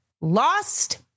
lost